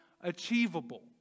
achievable